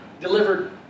delivered